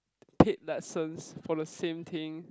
take lessons for the same thing